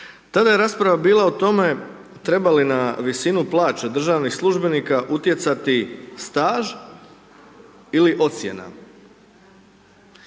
Tada je rasprava bila o tome treba li na visinu plaće državnih službenika utjecati staž ili ocjena